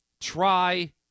try